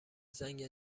زنگ